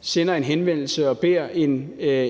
sender en henvendelse til